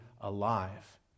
alive